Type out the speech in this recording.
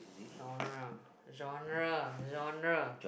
shore lah shore lah shore lah